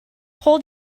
hold